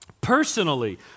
personally